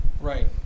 right